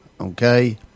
okay